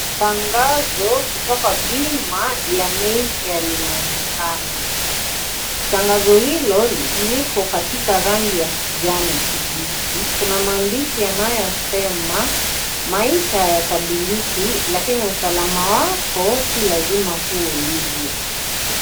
Tangazo kutoka bima ya MayFair linaonekana. Tangazo hilo lipo katika rangi kijani kibichi. Kuna maandishi yanayosema maisha yatabiliki, lakini usalama wako si lazima uwe hivyo.